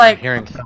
hearing